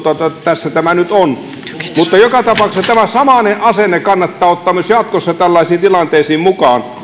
tässä tämä nyt on joka tapauksessa tämä samainen asenne kannattaa ottaa myös jatkossa tällaisiin tilanteisiin mukaan